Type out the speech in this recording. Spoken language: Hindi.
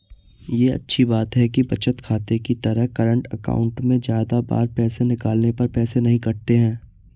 ये अच्छी बात है कि बचत खाते की तरह करंट अकाउंट में ज्यादा बार पैसे निकालने पर पैसे नही कटते है